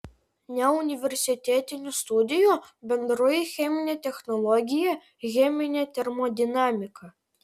neuniversitetinių studijų bendroji cheminė technologija cheminė termodinamika